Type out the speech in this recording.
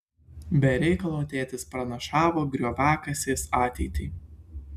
be reikalo tėtis pranašavo grioviakasės ateitį